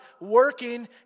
Working